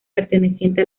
perteneciente